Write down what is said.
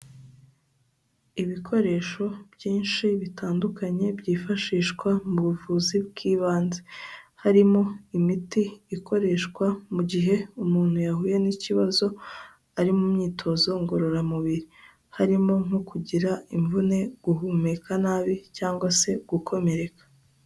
Ibikoresho byinshi bitandukanye byifashishwa mu buvuzi bw'ibanze, harimo imiti ikoreshwa mu gihe umuntu yahuye n'ikibazo ari mu myitozo ngororamubiri, harimo nko kugira imvune, guhumeka nabi cyangwa se gukomereka.